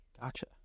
Gotcha